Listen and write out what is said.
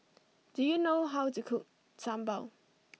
do you know how to cook Sambal